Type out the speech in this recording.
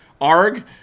Arg